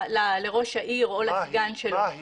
לראש העיר או לסגן שלו -- מה היא?